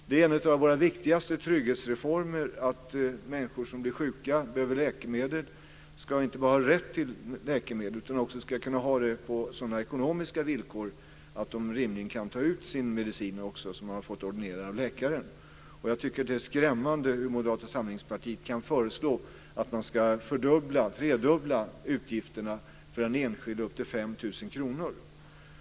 Det är en av våra viktigaste trygghetsreformer att människor som blir sjuka och behöver läkemedel inte bara ska ha rätt till läkemedel utan också ska kunna få dem på sådana ekonomiska villkor att de rimligen kan ta ut den medicin som de fått ordinerad av läkare. Jag tycker att det är skrämmande hur Moderata samlingspartiet kan föreslå att man ska tredubbla utgifter för den enskilde upp till 5 000 kr.